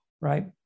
Right